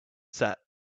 set